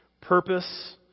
purpose